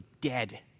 dead—